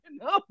Enough